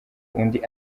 undi